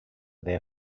their